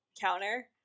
counter